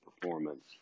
performance